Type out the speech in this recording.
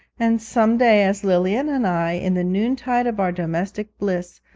and some day, as lilian and i, in the noontide of our domestic bliss,